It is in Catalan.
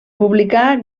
publicà